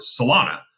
Solana